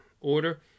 order